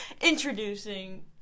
introducing